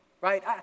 right